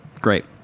Great